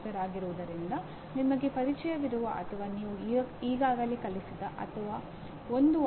ಶಿಕ್ಷಣ ಮತ್ತು ಬೋಧನೆಯು ಪ್ರತಿಯೊಬ್ಬರಿಗೂ ತಿಳಿದಿರುವ ಸಂಗತಿಯಾಗಿದೆ